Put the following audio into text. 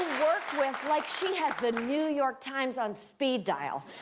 work with, like she has the new york times on speed dial.